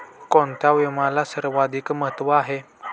कोणता विम्याला सर्वाधिक महत्व आहे?